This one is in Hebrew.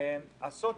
הסוציו,